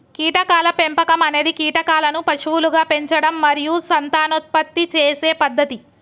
కీటకాల పెంపకం అనేది కీటకాలను పశువులుగా పెంచడం మరియు సంతానోత్పత్తి చేసే పద్ధతి